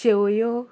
शेवयो